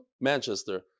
Manchester